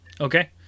okay